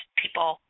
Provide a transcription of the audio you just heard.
people